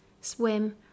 swim